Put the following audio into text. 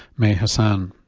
may hassan.